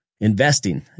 investing